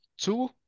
two